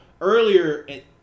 earlier